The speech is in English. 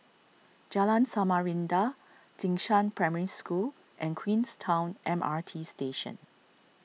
Jalan Samarinda Jing Shan Primary School and Queenstown M R T Station